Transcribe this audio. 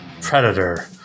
Predator